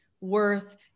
worth